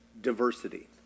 diversity